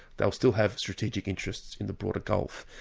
they'll still have strategic interests in the broader gulf.